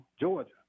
Georgia